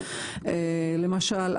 למשל,